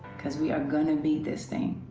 because we are going to beat this thing.